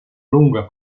lunga